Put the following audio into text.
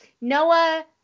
Noah